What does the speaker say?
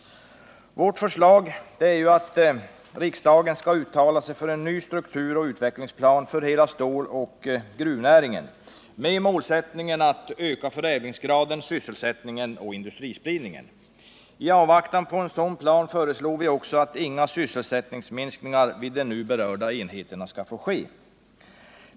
Vårt förslag är att riksdagen skall uttala sig för en ny strukturoch utvecklingsplan för hela ståloch gruvnäringen med målsättningen att öka förädlingsgraden, sysselsättningen och industrispridningen. I avvaktan på en sådan plan föreslår vi att inga sysselsättningsminskningar vid de nu berörda enheterna skall få ske.